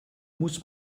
muss